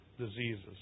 diseases